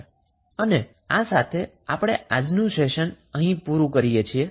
અને આ સાથે આપણે આજનું સેશન અહીં પુરુ કરીએ છીએ